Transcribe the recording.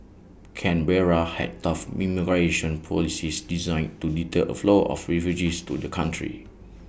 Canberra has tough immigration policies designed to deter A flow of refugees to the country